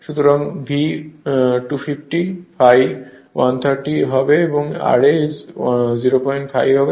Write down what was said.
সুতরাং V 250 ∅ 130 এবং ra 05 হবে